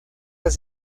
las